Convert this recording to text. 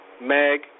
Meg